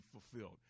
fulfilled